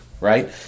right